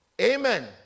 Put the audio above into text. Amen